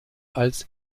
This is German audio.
als